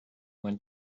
went